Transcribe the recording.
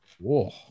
Whoa